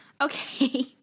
Okay